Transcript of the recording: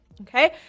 okay